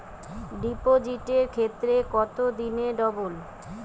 ডিপোজিটের ক্ষেত্রে কত দিনে ডবল?